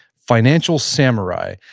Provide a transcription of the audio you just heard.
financial samurai.